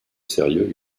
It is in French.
sérieux